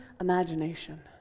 imagination